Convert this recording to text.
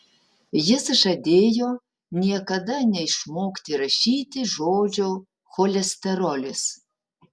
jis žadėjo niekada neišmokti rašyti žodžio cholesterolis